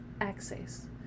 access